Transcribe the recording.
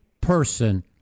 person